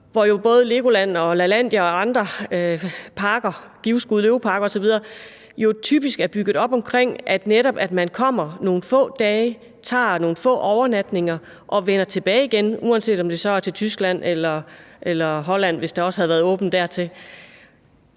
hvor både LEGOLAND, Lalandia, Givskud Zoo osv. typisk er bygget op om, at folk netop kommer nogle få dage og tager nogle få overnatninger og vender hjem igen, uanset om det så er til Tyskland eller Holland, hvis der også havde været åbent dertil.